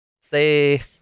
say